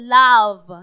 love